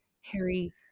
harry